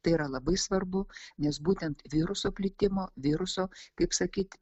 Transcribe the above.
tai yra labai svarbu nes būtent viruso plitimo viruso kaip sakyt